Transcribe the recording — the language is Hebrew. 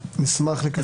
נשמח לקדם את החוק.